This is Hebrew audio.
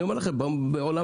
בעולם